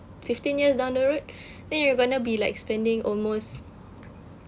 fifteen years down the road then you're going to be like spending almost